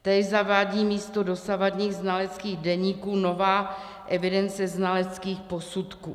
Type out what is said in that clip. Též zavádí místo dosavadních znaleckých deníků novou evidenci znaleckých posudků.